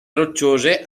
rocciose